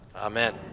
Amen